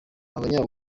abanya